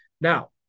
Now